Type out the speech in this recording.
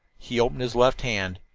he opened his left hand.